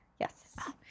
Yes